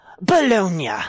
Bologna